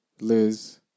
Liz